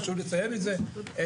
חשוב לציין את זה,